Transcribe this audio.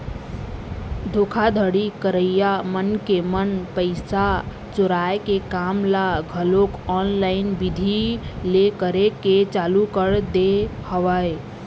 धोखाघड़ी करइया मनखे मन पइसा चोराय के काम ल घलोक ऑनलाईन बिधि ले करे के चालू कर दे हवय